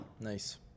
Nice